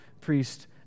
priest